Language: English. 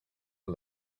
are